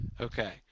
Okay